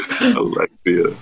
Alexia